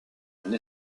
une